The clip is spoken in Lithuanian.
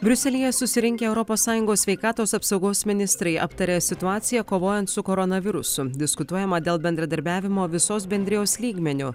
briuselyje susirinkę europos sąjungos sveikatos apsaugos ministrai aptarė situaciją kovojant su koronavirusu diskutuojama dėl bendradarbiavimo visos bendrijos lygmeniu